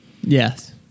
Yes